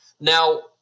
Now